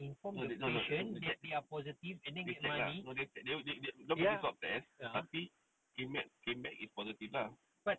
no they no no they they check they check lah no they check they they pergi swab test tapi came back is positive lah